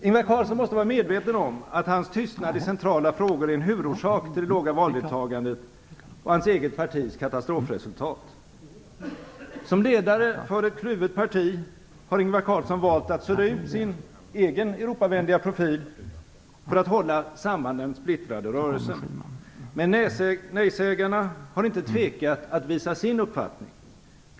Ingvar Carlsson måste vara medveten om att hans tystnad i centrala frågor är en huvudorsak till det låga valdeltagandet och hans eget partis katastrofresultat. Som ledare för ett kluvet parti har Ingvar Carlsson valt att sudda ut sin egen Europavänliga profil för att hålla samman den splittrade rörelsen. Men nejsägarna har inte tvekat att visa sin uppfattning.